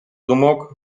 думок